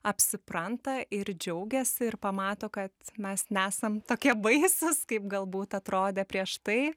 apsipranta ir džiaugiasi ir pamato kad mes nesam tokie baisūs kaip galbūt atrodė prieš tai